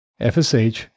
FSH